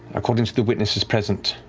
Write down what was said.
according to the witnesses present.